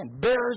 Bears